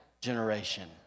generation